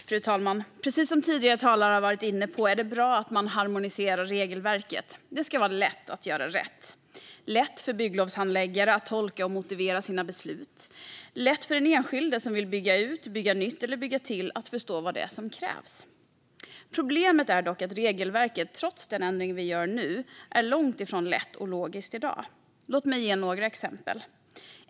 Fru talman! Precis som tidigare talare varit inne på är det bra att man harmoniserar regelverket. Det ska vara lätt att göra rätt. Det ska vara lätt för bygglovhandläggare att tolka och motivera sina beslut, och det ska vara lätt för den enskilde som vill bygga ut, bygga nytt eller bygga till att förstå vad som krävs. Problemet är dock att regelverket, trots den ändring vi gör nu, är långt ifrån lätt och logiskt i dag. Låt mig ge några exempel.